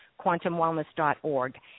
quantumwellness.org